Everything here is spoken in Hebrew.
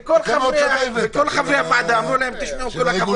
וכל חברי הועדה אמרו: באנו